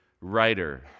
writer